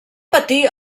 patir